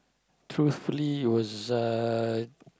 truthfully it was uh